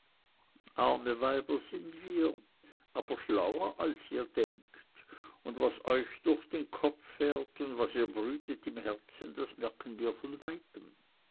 arme weiber sind wir aber schlauer als ihr denkt und was euch durch den kopf fährt und was ihr brütet im herzen das merken wir von weitem